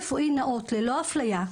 טיפול רפואי נאות ללא אפליה,